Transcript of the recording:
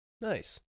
Nice